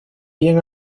bien